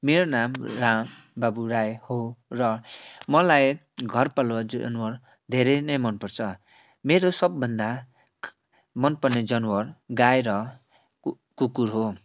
मेरो नाम राम बाबु राई हो र मलाई घर पालुवा जनावर धेरै नै मनपर्छ मेरो सबभन्दा मनपर्ने जनावर गाई र कुकुर हो